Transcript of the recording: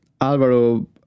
Alvaro